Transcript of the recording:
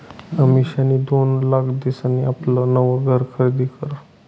अमिषानी दोन लाख दिसन आपलं नवं घर खरीदी करं